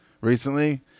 recently